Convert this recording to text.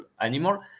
animal